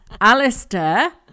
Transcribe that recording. Alistair